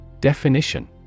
Definition